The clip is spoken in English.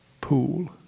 pool